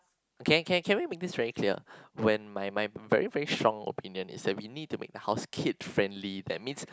okay okay can we make this very clear when my my very very strong opinion is that we need to make the house kid friendly that means